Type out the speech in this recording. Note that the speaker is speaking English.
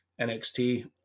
NXT